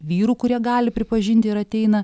vyrų kurie gali pripažinti ir ateina